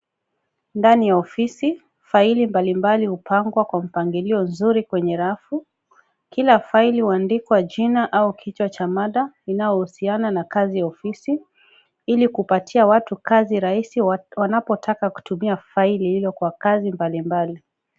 Ndani ya ofisi faili mbalimbali hupangwa kwa mpangilio mzuri kwenye rafu. Kila faili huandikwa jina au kichwa cha mada inayohusiana na kazi ya ofisi, ili kupatia watu kazi rahisi wanapotaka kutumia faili hizo kwa kazi mbalimbali.